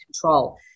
control